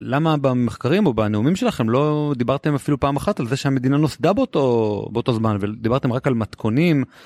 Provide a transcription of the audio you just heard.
למה במחקרים או בנאומים שלכם לא דיברתם אפילו פעם אחת על זה שהמדינה נוסדה באותו זמן ודיברתם רק על מתכונים?